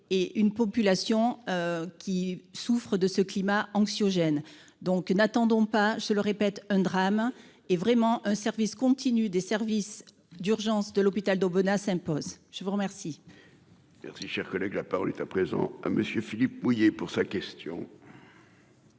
et une population qui souffrent de ce climat anxiogène. Donc, n'attendons pas, je le répète, un drame est vraiment un service continu des services d'urgences de l'hôpital d'Aubenas s'impose. Je vous remercie. Merci, cher collègue, la parole est à présent à monsieur Philippe mouiller pour sa question.